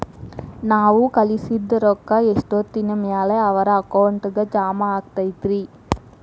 ನಾವು ಕಳಿಸಿದ್ ರೊಕ್ಕ ಎಷ್ಟೋತ್ತಿನ ಮ್ಯಾಲೆ ಅವರ ಅಕೌಂಟಗ್ ಜಮಾ ಆಕ್ಕೈತ್ರಿ?